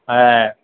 হ্যাঁ